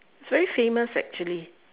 it's very famous actually